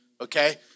Okay